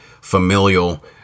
familial